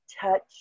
touch